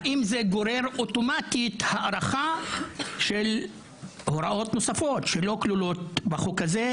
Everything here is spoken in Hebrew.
האם זה גורר אוטומטית הארכה של הוראות נוספות שלא כלולות בחוק הזה?